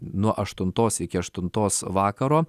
nuo aštuntos iki aštuntos vakaro